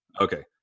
Okay